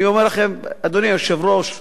אדוני היושב-ראש,